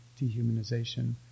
dehumanization